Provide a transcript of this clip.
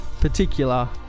particular